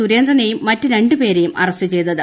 സുരേന്ദ്രനെയും മറ്റ് രണ്ട് പേരെയും അറസ്റ്റ് ചെയ്തത്